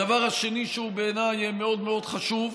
הדבר השני, שהוא בעיניי מאוד מאוד חשוב,